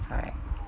correct